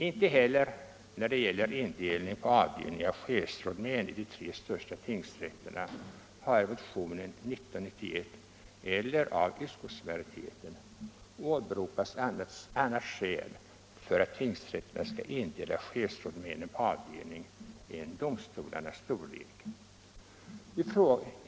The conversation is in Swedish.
Inte heller när det gäller indelning på avdelning av chefsrådmännen i de tre största tingsrätterna har i motionen 1991 eller av utskottsmajoriteten åberopats annat skäl för att tingsrätterna skall indela chefsrådmännen på avdelning än domstolarnas storlek.